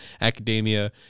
Academia